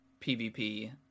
PVP